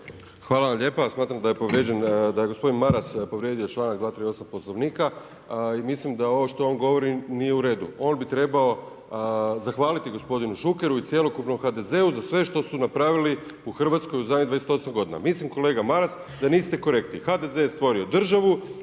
da je gospodin Maras povrijedio članak 238. Poslovnika, mislim da ovo što on govori nije u redu. On bi trebao zahvaliti gospodinu Šukeru i cjelokupnom HDZ-u za sve što su napravili u zadnjih 28 g. Mislim kolega Maras da niste korektni. HDZ je stvorio državu,